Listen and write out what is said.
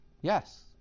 Yes